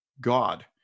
God